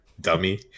Dummy